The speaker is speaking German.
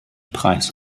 preis